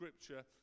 scripture